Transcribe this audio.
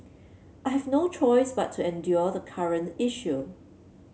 I have no choice but to endure the current issue